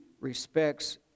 respects